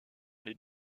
les